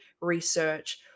research